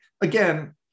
Again